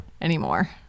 anymore